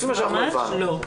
לפי מה שאנחנו הבנו --- ממש לא.